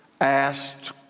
asked